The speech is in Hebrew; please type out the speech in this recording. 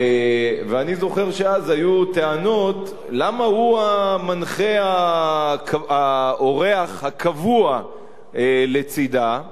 ואני זוכר שאז היו טענות למה הוא המנחה האורח הקבוע לצדה.